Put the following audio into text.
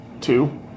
Two